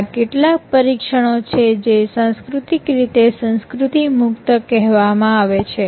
આ કેટલાક પરીક્ષણો છે જે સાંસ્કૃતિક રીતે સંસ્કૃતિ મુક્ત કહેવામાં આવે છે